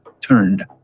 turned